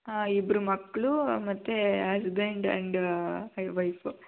ಆಂ ಇಬ್ಬರು ಮಕ್ಕಳು ಮತ್ತು ಹಸ್ಬೆಂಡ್ ಆ್ಯಂಡ್ ವೈಫು